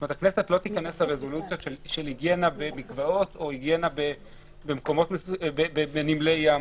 הכנסת לא תיכנס לרזולוציות של היגיינה במקוואות או היגיינה בנמלי ים.